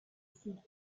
seated